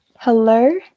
Hello